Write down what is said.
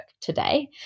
today